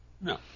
no